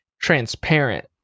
transparent